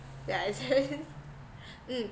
yeah it's mm